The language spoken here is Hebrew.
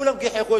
כולם גיחכו.